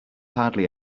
hardly